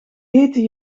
heten